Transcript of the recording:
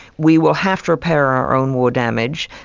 we will have to repair our own war damage,